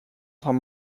some